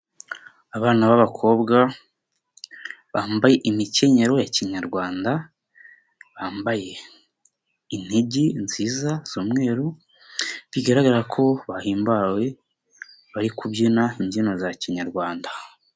Abana b'abakobwa, bambaye imikenyero ya kinyarwanda, bambaye inigi nziza z'umweruru, bigaragara ko bahimbawe, bari kubyina imbyino za kinyarwanda.